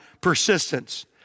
persistence